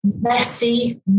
messy